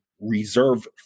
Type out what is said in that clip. reserve